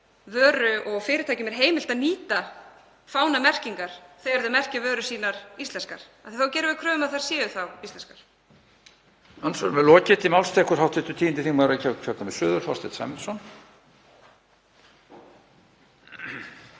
hvernig fyrirtækjum er heimilt að nýta fánamerkingar þegar þau merkja vörur sínar íslenskar. Þá gerum við kröfu um að þær séu íslenskar.